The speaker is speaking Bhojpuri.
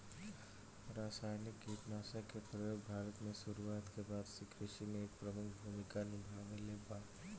रासायनिक कीटनाशक के प्रयोग भारत में शुरुआत के बाद से कृषि में एक प्रमुख भूमिका निभाइले बा